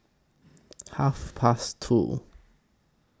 Half Past two